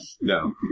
No